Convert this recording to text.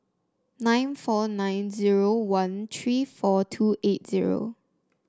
nine four nine zero one three four two eight zero